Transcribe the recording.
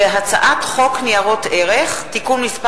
והצעת חוק ניירות ערך (תיקון מס'